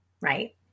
Right